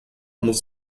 muss